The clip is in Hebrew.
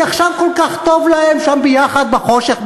כי עכשיו כל כך טוב להם שם ביחד בחושך,